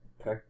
Okay